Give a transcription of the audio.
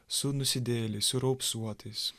su nusidėjėliais su raupsuotais